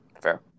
Fair